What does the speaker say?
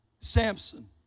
Samson